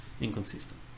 inconsistent